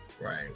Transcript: right